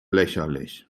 lächerlich